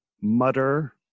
mutter